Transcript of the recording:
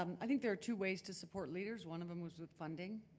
um i think there are two ways to support leaders. one of them was funding,